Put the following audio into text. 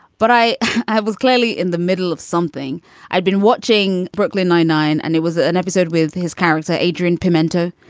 but i i was clearly in the middle of something i'd been watching brooklyn nine nine and it was ah an episode with his character adrian pimento